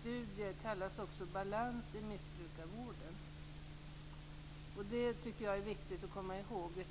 studie kallas Balans i missbrukarvården. Det är viktigt att tänka på det.